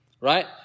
Right